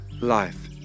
life